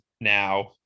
Now